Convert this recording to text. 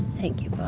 thank you, beau.